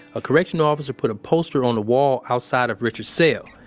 a correctional officer put a poster on the wall outside of richard's cell.